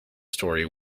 story